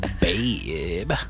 babe